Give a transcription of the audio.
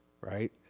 right